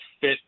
fit